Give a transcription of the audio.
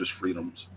freedoms